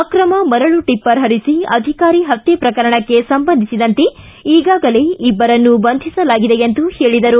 ಆಕ್ರಮ ಮರಳು ಟಪ್ಪರ ಹರಿಸಿ ಅಧಿಕಾರಿ ಹತ್ತೆ ಪ್ರಕರಣಕ್ಷೆ ಸಂಬಂಧಿಸಿದಂತೆ ಈಗಾಗಲೇ ಇಬ್ಬರನ್ನು ಬಂಧಿಸಲಾಗಿದೆ ಎಂದರು